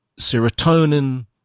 serotonin